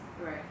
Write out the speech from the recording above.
right